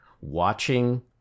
watching